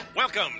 Welcome